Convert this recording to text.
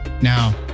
Now